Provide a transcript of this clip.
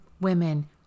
women